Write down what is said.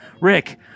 Rick